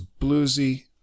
bluesy